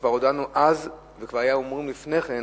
כבר הודענו אז, והיו אמורים לפני כן